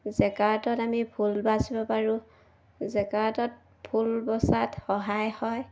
জেগাতত আমি ফুল বাচিব পাৰোঁ জেকাৰ্টত ফুল বচাত সহায় হয়